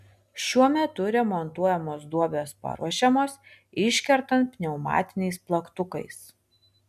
šiuo metu remontuojamos duobės paruošiamos iškertant pneumatiniais plaktukais